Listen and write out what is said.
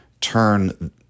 turn